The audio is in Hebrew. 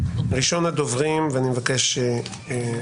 שלי, בבקשה.